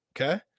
Okay